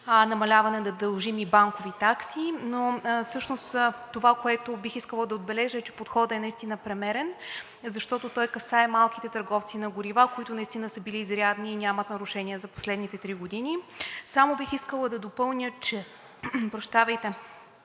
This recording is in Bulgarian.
намаляване на дължими банкови такси. Това, което бих искала да отбележа, е, че подходът е наистина премерен, защото той касае малките търговци на горива, които наистина са били изрядни и нямат нарушения за последните три години. Само бих искала да допълня, че през